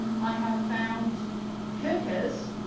i have found cookers,